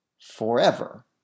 forever